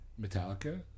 Metallica